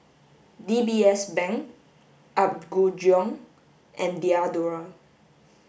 D B S Bank Apgujeong and Diadora